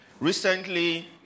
Recently